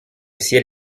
ciel